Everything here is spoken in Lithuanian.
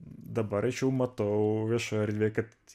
dabar aš jau matau viešoj erdvėj kad